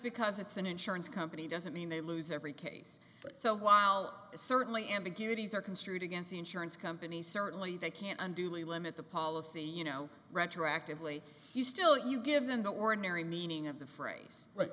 because it's an insurance company doesn't mean they lose every case but so while certainly ambiguities are construed against the insurance companies certainly they can't undo a limit the policy you know retroactively he still you give them the ordinary meaning of the phrase